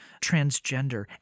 transgender